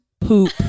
poop